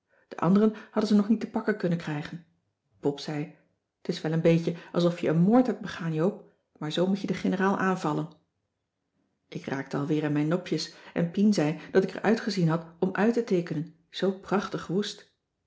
de anderen hadden ze nog niet te pakken kunnen krijgen pop zei t is wel een beetje alsof je een moord hebt begaan joop maar zoo moet je de generaal aanvallen ik raakte al weer in mijn nopjes en pien zei dat ik er uitgezien had om uit te teekenen zoo prachtigwoest